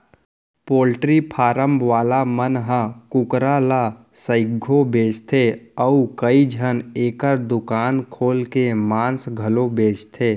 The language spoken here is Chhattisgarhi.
पोल्टी फारम वाला मन ह कुकरा ल सइघो बेचथें अउ कइझन एकर दुकान खोल के मांस घलौ बेचथें